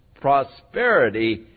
prosperity